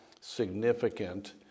significant